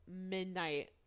midnight